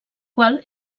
qual